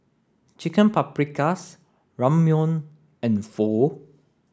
Chicken Paprikas Ramyeon and Pho